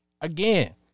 again